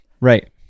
Right